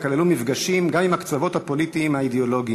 וכללו מפגשים גם עם הקצוות הפוליטיים האידיאולוגיים.